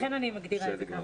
לכן אני מגדירה את זה כך.